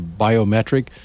biometric